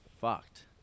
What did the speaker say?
fucked